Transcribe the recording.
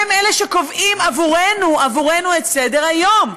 הם שקובעים עבורנו, עבורנו, את סדר-היום.